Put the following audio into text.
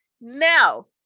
now